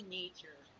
nature